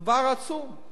דבר עצום.